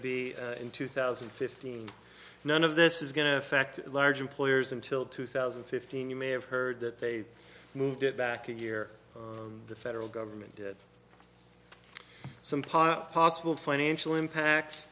be in two thousand and fifteen none of this is going to affect large employers until two thousand and fifteen you may have heard that they moved it back a year the federal government did some pot possible financial impact